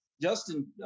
Justin